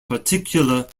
particular